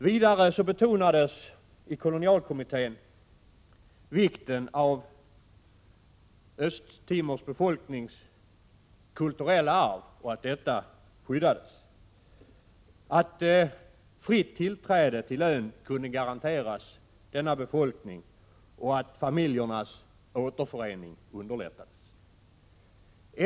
Vidare betonades i kolonialkommittén vikten av att Östra Timors befolknings kulturella arv skyddades, att fritt tillträde till ön kunde garanteras befolkningen och att återförening av familjer skulle underlättas.